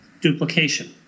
duplication